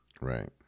Right